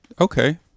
Okay